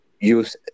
use